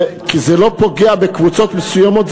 כי זה לא פוגע בקבוצות מסוימות,